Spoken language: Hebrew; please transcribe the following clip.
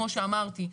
כמו שאמרתי,